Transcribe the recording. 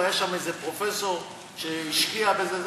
והיה שם איזה פרופסור שהשקיע בזה.